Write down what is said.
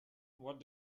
what